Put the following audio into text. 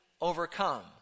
overcome